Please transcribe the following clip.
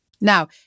Now